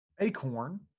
Acorn